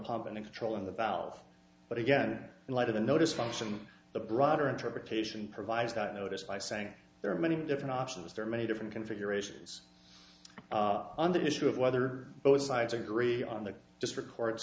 pump and in control of the valve but again in light of the notice function the broader interpretation provides that notice by saying there are many different options as there are many different configurations and the issue of whether both sides agree on the just records